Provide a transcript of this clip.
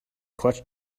clutch